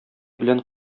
белән